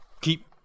keep